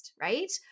right